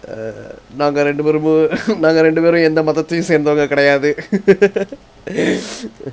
uh நாங்க ரெண்டு பேருமு:nanga rendu perumu நாங்க ரெண்டு பேரும் எந்த மதத்தையும் சேர்ந்தவங்க கெடயாது:nanga rendu perum entha mathathayum sernthavanga kedayathu